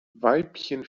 weibchen